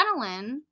adrenaline